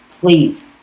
please